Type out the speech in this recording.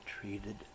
treated